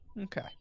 Okay